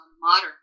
modern